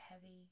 heavy